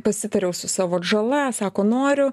pasitariau su savo atžala sako noriu